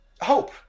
hope